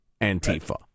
Antifa